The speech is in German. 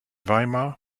weimar